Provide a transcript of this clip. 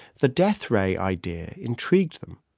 the death ray idea intrigued them.